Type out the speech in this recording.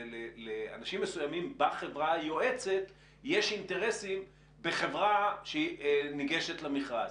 לאנשים מסוימים בחברה היועצת יש אינטרסים בחברה שניגשת למכרז.